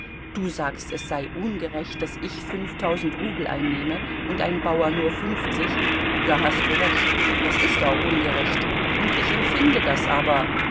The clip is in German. du sagst es sei ungerecht daß ich fünftausend rubel einnehme und ein bauer nur fünfzig da hast du recht das ist auch ungerecht und ich empfinde das aber